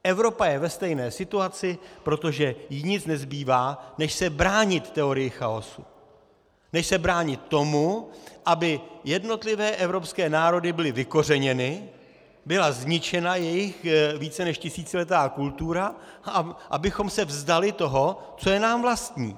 Evropa je ve stejné situaci, protože jí nic nezbývá než se bránit teorii chaosu, než se bránit tomu, aby jednotlivé evropské národy byly vykořeněny, byla zničena jejich více než tisíciletá kultura, abychom se vzdali toho, co je nám vlastní.